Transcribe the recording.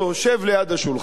שב ליד השולחן.